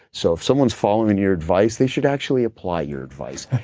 so, if someone's following in your advice, they should actually apply your advice,